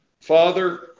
Father